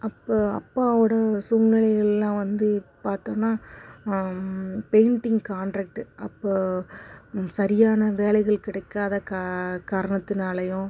அப்போது அப்பாவோடய சூழ்நிலையெல்லாம் வந்து பார்த்தோன்னா பெயிண்டிங் காண்ட்ரக்ட் அப்போ சரியான வேலைகள் கிடைக்காத கா காரணத்தினாலேயும்